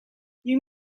you